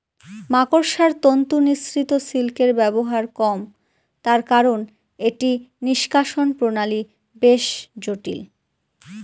মাকড়সার তন্তু নিঃসৃত সিল্কের ব্যবহার কম তার কারন এটি নিঃষ্কাষণ প্রণালী বেশ জটিল